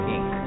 Inc